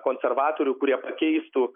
konservatorių kurie pakeistų